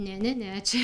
ne ne ne čia